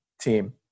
team